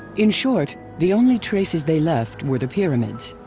in short, the only traces they left were the pyramids.